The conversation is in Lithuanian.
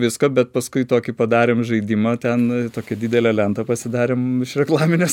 visko bet paskui tokį padarėm žaidimą ten tokią didelę lentą pasidarėm iš reklaminės